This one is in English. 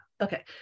okay